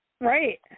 Right